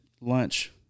lunch